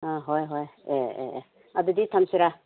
ꯑꯥ ꯍꯣꯏ ꯍꯣꯏ ꯑꯦ ꯑꯦ ꯑꯦ ꯑꯗꯨꯗꯤ ꯊꯝꯁꯤꯔ